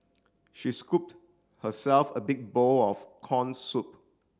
she scooped herself a big bowl of corn soup